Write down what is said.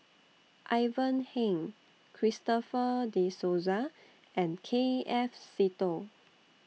Ivan Heng Christopher De Souza and K F Seetoh